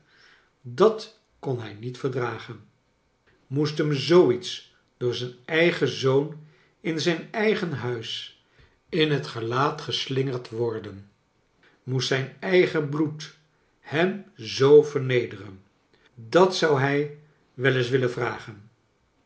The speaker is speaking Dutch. dat kon hij niet verdragen moest hem zoo iets door zijn eigen zoon in zijn eigen huis in het gelaat geslingerd worden moest zijn eigen bloed hem zoo vernederen dat zou hij wel eens willen vragen